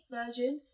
version